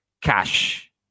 cash